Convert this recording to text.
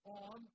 on